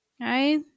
right